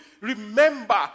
Remember